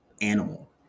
animal